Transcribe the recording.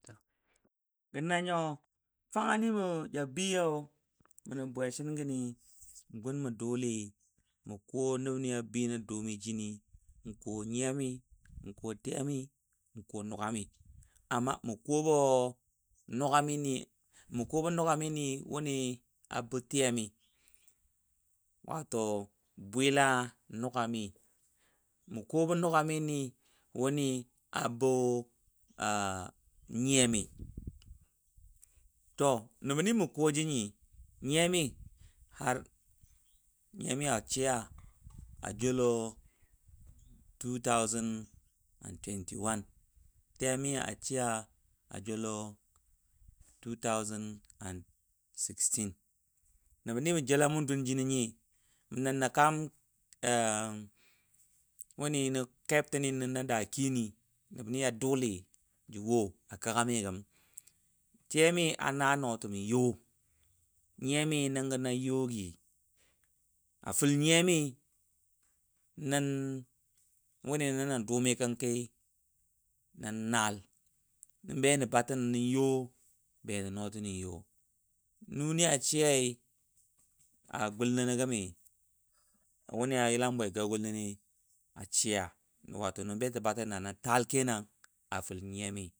Gə nanyo, fangan, mɨ Ja bAi yo mənə bwesin gənɨ mə gun mə doolɨ, mə kuwo nəbnɨ yabA nən do umi Jɨnt, n kuwo nyi yamɨ, n kuwo tiyamɨ n kuwo nogwami. mə kuwo bo- nugwamɨnɨ nima ku wobə no gwamɨnɨ nimə ku wobə nogwa mɨnɨ-woni abəti Yamɨ bwɨ La- nu gwamɨ mə kuwo jinyɨ, nyɨyamɨ nyiyamɨya shiya a joulo. Tɨ yami ashiya ajoulo, nəbnɨ mə jeLa mandunjinɨ nyɨ, mə nən nə kaam "emwonɨ nə kebɨɨni nən nə daa kint, nəbnt ya dolɨ nAtəməyo, nyiyamɨ nəngə na yo gɨ, afəL nyiYamɨwu nɨ nən nə doomɨ kənku nən naaL nə betə batən nə yo, beta nA tənə yo. Nunɨ ya shɨyaɨ, a- gul nə nə gəmɨ, wunɨ ya yəLam bwe ga gul nənɨ ashiya, nə betə batənənə nən taaL afəl nyiyamt.